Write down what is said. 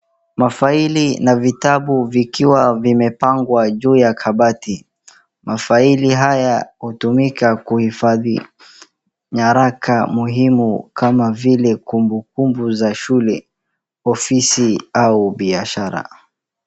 Mafaili na vitabu vikiwa vimepangwa juu ya kabati, mafaili haya hutumika kuhifadhi nyaraka muhimu kama vile kumbukumbu za shule, ofisi au biashara.